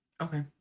Okay